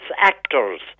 actors